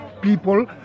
people